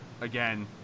Again